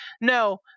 No